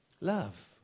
Love